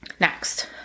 Next